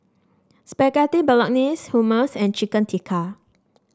Spaghetti Bolognese Hummus and Chicken Tikka